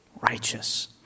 righteous